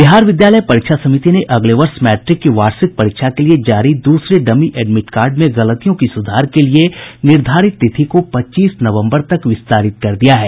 बिहार विद्यालय परीक्षा समिति ने अगले वर्ष मैट्रिक की वार्षिक परीक्षा के लिए जारी द्रसरे डमी एडमिड कार्ड में गलतियों की सुधार के लिए निर्धारित तिथि को पच्चीस नवम्बर तक विस्तारित कर दिया है